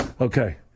Okay